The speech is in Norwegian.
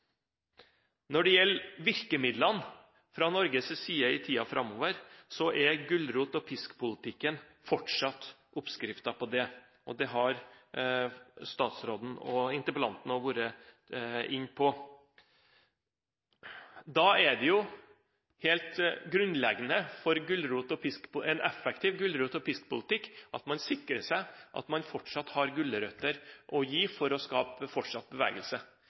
Når det gjelder virkemidlene fra Norges side i tiden framover, er gulrot og pisk-politikken fortsatt oppskriften, og det har statsråden og interpellanten vært inne på. Da er det helt grunnleggende for en effektiv gulrot-og-pisk-politikk at man sikrer seg at man fortsatt har gulrøtter å gi for å skape fortsatt bevegelse.